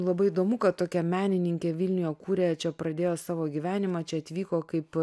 labai įdomu kad tokia menininkė vilniuje kūrė čia pradėjo savo gyvenimą čia atvyko kaip